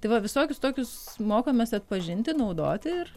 tai va visokius tokius mokomės atpažinti naudoti ir